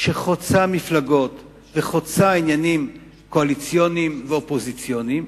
שחוצה מפלגות וחוצה עניינים קואליציוניים ואופוזיציוניים,